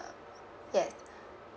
uh yes